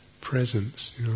presence